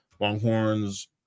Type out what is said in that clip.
longhorns